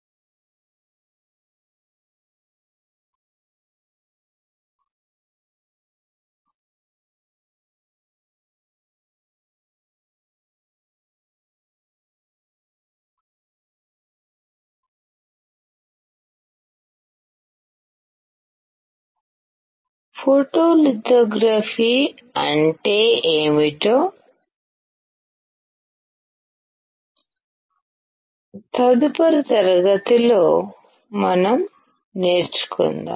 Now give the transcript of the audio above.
photolithography అంటే ఏమిటో తదుపరి తరగతిలో మనం నేర్చుకుందాం